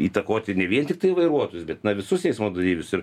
įtakoti ne vien tiktai vairuotojus bet na visus eismo dalyvius ir